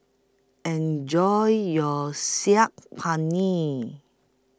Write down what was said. Enjoy your Saag Paneer